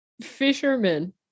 fisherman